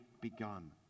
begun